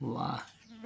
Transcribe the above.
वाह